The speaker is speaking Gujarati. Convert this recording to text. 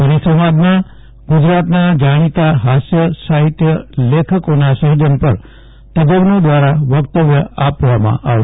પરિસંવાદમાં ગુજરાતના જાણીતા હાસ્ય સાહિત્ય લેખકોના સર્જન પર તજજ્ઞો દ્વારા વક્તવ્ય આપવામાં આવશે